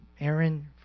Aaron